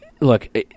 look